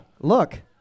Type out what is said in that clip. Look